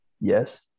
Yes